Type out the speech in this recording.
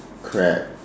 crab